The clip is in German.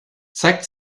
zeigt